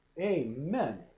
Amen